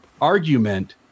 argument